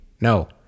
no